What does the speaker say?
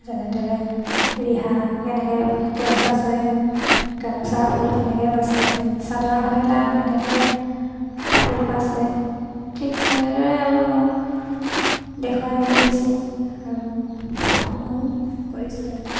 যেনেদৰে ৰিহা কেনেকে কেঁচ বাছে গামোচা ফুল কেনেকে বাছে চাদৰ মেখেলা কেনেকে ফুল বাছে ঠিক তেনেদৰে আৰু মই দেখুৱাই মেলি দিছোঁ আৰু ময়ো কৰিছোঁ আৰু